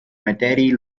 metairie